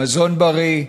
מזון בריא,